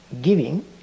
giving